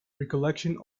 recollections